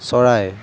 চৰাই